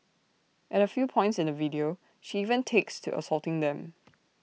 at A few points in the video she even takes to assaulting them